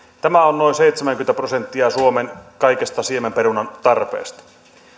tämä on noin seitsemänkymmentä prosenttia suomen kaikesta siemenperunan tarpeesta